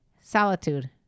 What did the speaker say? solitude